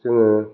जोङो